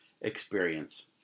experience